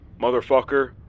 motherfucker